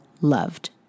loved